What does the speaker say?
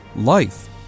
Life